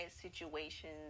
situations